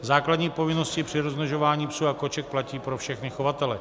Základní povinnosti při rozmnožování psů a koček platí pro všechny chovatele.